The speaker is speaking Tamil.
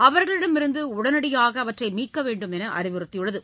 அவர்களிடமிருந்து உடனடியாக மீட்க வேண்டும் என அறிவுறுத்தியுள்ளது